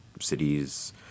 cities